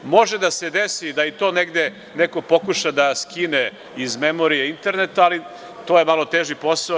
Može da se desi da i to negde neko pokuša da skine iz memorije interneta, ali to je malo teži posao.